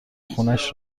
خونش